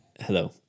hello